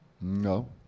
No